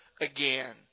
again